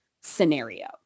scenario